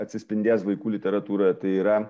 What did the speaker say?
atsispindės vaikų literatūroje tai yra